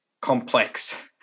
complex